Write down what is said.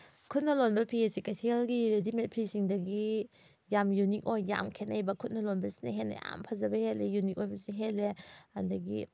ꯈꯨꯠꯅ ꯂꯣꯟꯕ ꯐꯤ ꯑꯁꯤ ꯀꯩꯊꯦꯜꯒꯤ ꯔꯦꯗꯤꯃꯦꯗ ꯐꯤꯁꯤꯡꯗꯒꯤ ꯌꯥꯝ ꯌꯨꯅꯤꯛ ꯑꯣꯏ ꯌꯥꯝ ꯈꯦꯠꯅꯩꯕ ꯈꯨꯠꯅ ꯂꯣꯟꯕꯁꯤꯅ ꯍꯦꯟꯅ ꯌꯥꯝ ꯐꯖꯕ ꯍꯦꯜꯂꯤ ꯌꯨꯅꯤꯛ ꯑꯣꯏꯕꯁꯨ ꯍꯦꯜꯂꯦ ꯑꯗꯒꯤ